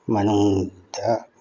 ꯃꯅꯨꯡꯗ